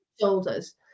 shoulders